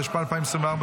התשפ"ה 2024,